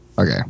Okay